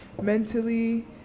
mentally